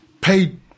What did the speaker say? paid